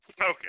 Okay